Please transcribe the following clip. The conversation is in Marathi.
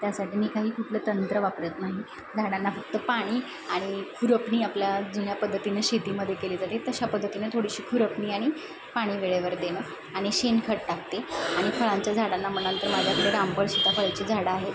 त्यासाठी मी काही कुठलं तंत्र वापरत नाही झाडाला फक्त पाणी आणि खुरपणी आपल्या जुन्या पद्धतीने शेतीमध्ये केली जाते तशा पद्धतीनं थोडीशी खुरपणी आणि पाणी वेळेवर देणं आणि शेणखत टाकते आणि फळांच्या झाडाना म्हणाल तर माझ्याकडे रामफळ सीताफळ यांची झाडं आहेत